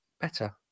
better